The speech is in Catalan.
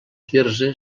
quirze